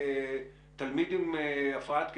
אני תלמיד עם הפרעת קשב.